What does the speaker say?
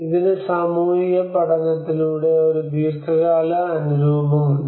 ഇതിന് സാമൂഹിക പഠനത്തിലൂടെ ഒരു ദീർഘകാല അനുരൂപമുണ്ട്